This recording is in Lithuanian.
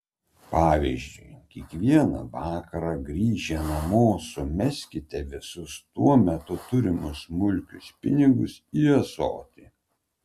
pavyzdžiui kiekvieną vakarą grįžę namo sumeskite visus tuo metu turimus smulkius pinigus į ąsotį